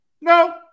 no